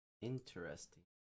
interesting